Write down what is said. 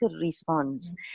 response